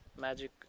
magic